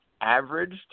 averaged